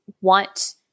want